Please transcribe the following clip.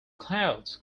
clouds